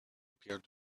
appeared